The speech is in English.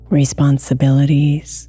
responsibilities